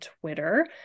twitter